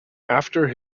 after